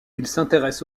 s’intéresse